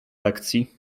lekcji